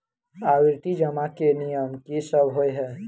आवर्ती जमा केँ नियम की सब होइ है?